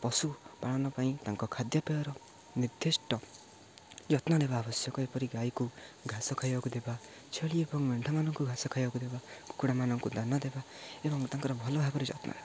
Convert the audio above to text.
ପଶୁପାଳନ ପାଇଁ ତାଙ୍କ ଖାଦ୍ୟପେୟର ନିର୍ଦ୍ଧିଷ୍ଟ ଯତ୍ନ ନେବା ଆବଶ୍ୟକ ଏହିପରି ଗାଈକୁ ଘାସ ଖାଇବାକୁ ଦେବା ଛେଳି ଏବଂ ମେଣ୍ଢାମାନଙ୍କୁ ଘାସ ଖାଇବାକୁ ଦେବା କୁକୁଡ଼ାମାନଙ୍କୁ ଦାନ ଦେବା ଏବଂ ତାଙ୍କର ଭଲ ଭାବରେ ଯତ୍ନ ନେବା